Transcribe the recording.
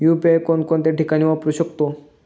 UPI कोणकोणत्या ठिकाणी वापरू शकतो?